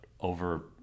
over